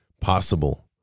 possible